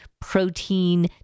protein